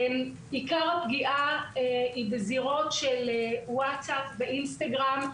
עיקר הפגיעה היא בזירות של ווטסאפ ואינסטרגם.